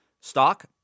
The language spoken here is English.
stock